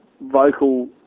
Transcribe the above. vocal